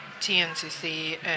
TNCC